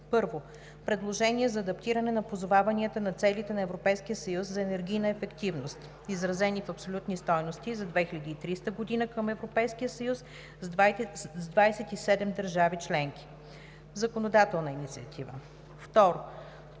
1. Предложение за адаптиране на позоваванията на целите на Европейския съюз за енергийна ефективност (изразени в абсолютни стойности) за 2030 г. към Европейския съюз с 27 държави членки (законодателна инициатива). 2.